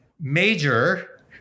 Major